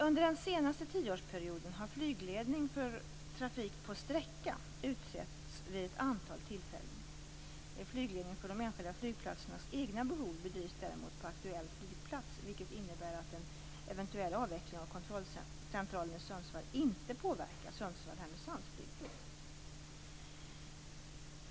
Under den senaste 10-årsperioden har flygledning för trafik "på sträcka" utretts vid ett antal tillfällen. Flygledning för de enskilda flygplatsernas egna behov bedrivs däremot på aktuell flygplats vilket innebär att en eventuell avveckling av kontrollcentralen i Sundsvall inte påverkar Sundsvall Härnösands flygplats.